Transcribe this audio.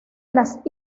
las